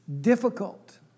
difficult